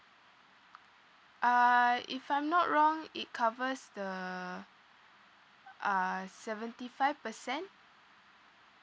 uh if I'm not wrong it covers the uh seventy five percent